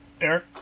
Eric